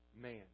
man